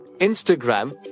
Instagram